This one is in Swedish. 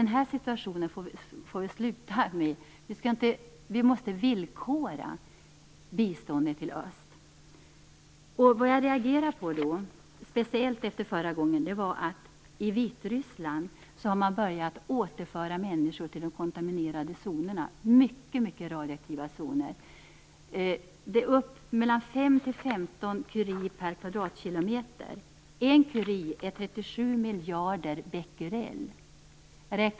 Den här situationen måste vi komma bort ifrån. Vi måste villkora biståndet till öst. Jag reagerade speciellt på att man i Vitryssland har börjat återföra människor till de kontaminerade zonerna, som är mycket radioaktiva. Man har mätt upp mellan 5 och 15 curie per kvadratkilometer. En curie är 37 miljarder becquerel.